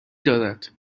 دارد